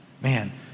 man